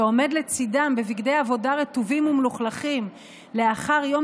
שעומד לצידם בבגדי עבודה רטובים ומלוכלכים לאחר יום